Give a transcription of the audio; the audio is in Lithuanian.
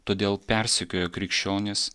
todėl persekiojo krikščionis